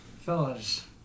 Fellas